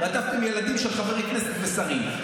של חברי כנסת ושרים,